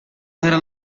vera